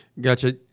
Gotcha